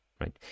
right